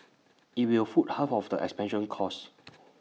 IT will foot half of the expansion costs